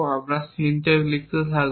আমি সিনট্যাক্স লিখতে থাকব